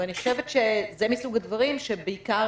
אני חושבת שזה מסוג הדברים שבעיקר